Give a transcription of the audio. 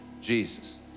Jesus